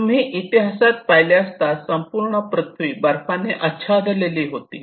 तुम्ही इतिहासात पाहिले असता संपूर्ण पृथ्वी बर्फाने आच्छादलेली होती